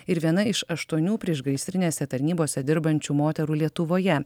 ir viena iš aštuonių priešgaisrinėse tarnybose dirbančių moterų lietuvoje